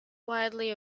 widely